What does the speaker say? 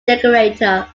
decorator